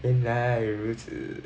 原来如此